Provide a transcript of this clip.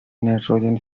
nitrogen